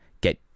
get